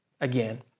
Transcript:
again